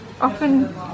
often